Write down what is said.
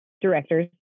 directors